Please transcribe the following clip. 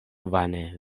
vane